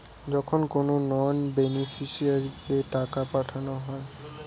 যখন কোনো নন বেনিফিশিয়ারিকে টাকা পাঠানো হয়